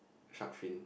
shark fin